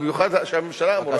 במיוחד שהממשלה אמורה ומופקדת,